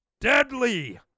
deadly